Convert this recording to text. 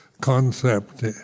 concept